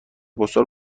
پستال